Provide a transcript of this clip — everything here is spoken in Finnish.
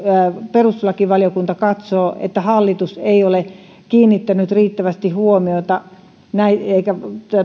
perustuslakivaliokunta katsoo että hallitus ei ole kiinnittänyt riittävästi huomiota näihin eikä